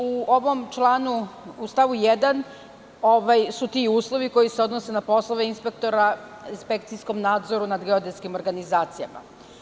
U stavu 1. su ti uslovi koji se odnose na poslove inspektora inspekcijskom nadzoru nad geodetskim organizacijama.